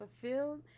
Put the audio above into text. fulfilled